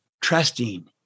Trusting